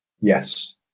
yes